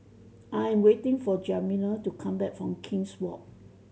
I am waiting for Jamila to come back from King's Walk